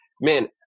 man